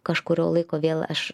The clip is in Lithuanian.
kažkurio laiko vėl aš